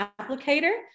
applicator